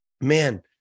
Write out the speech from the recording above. man